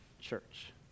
church